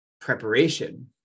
preparation